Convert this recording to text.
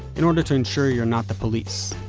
in order to ensure you're not the police.